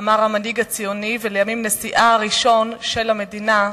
אמר המנהיג הציוני ולימים נשיאה הראשון של המדינה,